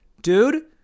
Dude